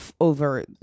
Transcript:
over